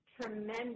tremendous